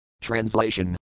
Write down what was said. Translation